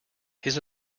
his